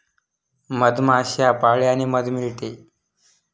मधमाश्या पाळल्याने मध मिळते